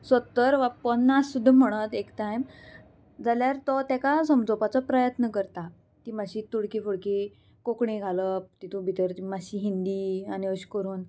सत्तर वा पन्नास सुद्दा म्हणत एक टायम जाल्यार तो तेका समजोवपाचो प्रयत्न करता ती मातशी तुडकी फुडकी कोंकणी घालप तितू भितर मातशी हिंदी आनी अशें करून